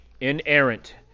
inerrant